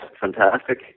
fantastic